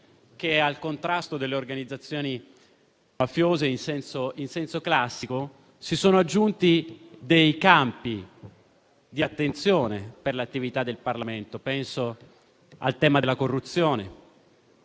che al contrasto delle organizzazioni mafiose in senso in senso classico si sono aggiunti dei campi di attenzione per l'attività del Parlamento: penso al tema della corruzione